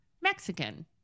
Mexican